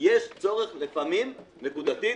יש צורך לפעמים נקודתית,